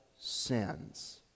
sins